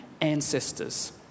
ancestors